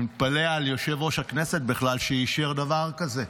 אני מתפלא על יושב-ראש הכנסת שבכלל אישר דבר כזה.